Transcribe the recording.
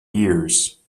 years